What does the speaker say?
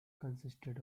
consisted